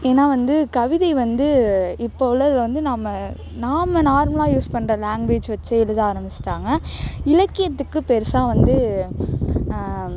ஏன்னால் வந்து கவிதை வந்து இப்போ உள்ளதில் வந்து நம்ம நாம் நார்மலாக யூஸ் பண்ணுற லாங்குவேஜ் வைச்சே எழுத ஆரம்பிச்சுட்டாங்க இலக்கியத்துக்கு பெருசாக வந்து